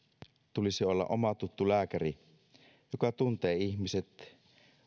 tulisi olla oma tuttu lääkäri joka tuntee ihmiset